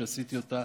עשיתי אותה